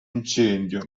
incendio